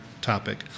topic